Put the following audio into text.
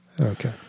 Okay